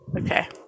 Okay